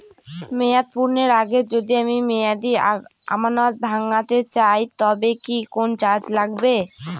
মেয়াদ পূর্ণের আগে যদি আমি মেয়াদি আমানত ভাঙাতে চাই তবে কি কোন চার্জ লাগবে?